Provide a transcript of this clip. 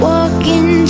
Walking